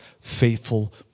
faithful